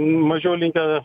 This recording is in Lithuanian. mažiau linkę